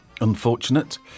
unfortunate